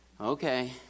Okay